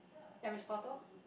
Aristotle